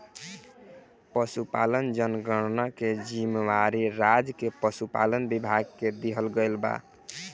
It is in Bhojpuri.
पसुपालन जनगणना के जिम्मेवारी राज्य के पसुपालन विभाग के दिहल गइल बा